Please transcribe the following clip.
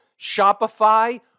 Shopify